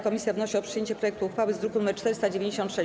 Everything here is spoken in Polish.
Komisja wnosi o przyjęcie projektu uchwały z druku nr 496.